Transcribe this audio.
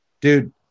Dude